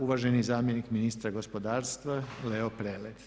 Uvaženi zamjenik ministra gospodarstva Leo Prelec.